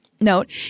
Note